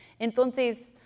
Entonces